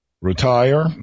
retire